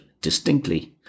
distinctly